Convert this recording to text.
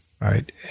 right